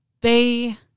They-